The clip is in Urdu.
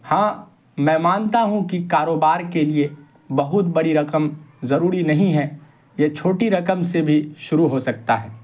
ہاں میں مانتا ہوں کہ کاروبار کے لیے بہت بڑی رقم ضروری نہیں ہے یہ چھوٹی رقم سے بھی شروع ہو سکتا ہے